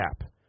cap